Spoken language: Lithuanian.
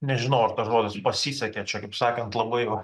nežinau ar tas žodis pasisekė čia kaip sakant labai jau